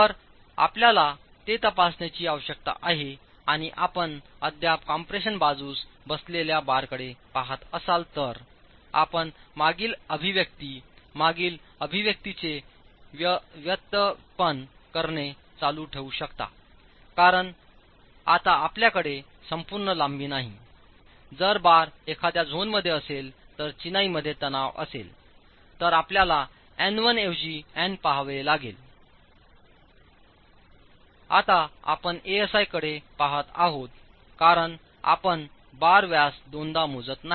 तर आपल्याला ते तपासण्याची आवश्यकता आहे आणि आपण अद्यापकॉम्प्रेशन बाजूसबसलेल्या बारकडे पहात असाल तर आपणमागील अभिव्यक्ती मागील अभिव्यक्तीचे व्युत्पन्न करणे चालू ठेवूशकता कारण आता आपल्याकडे संपूर्ण लांबी नाही जरबार एखाद्या झोनमध्येअसेल तरचिनाईमध्ये तणाव असेल तर आपल्यालाएन 1 ऐवजी एन पहावेलागेलआता आपणAsi कडेपहात आहात कारण आपण बारव्यास दोनदामोजत नाही